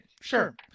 sure